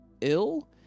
ill